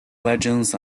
legends